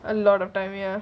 a lot of time ya